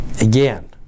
Again